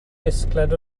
disgled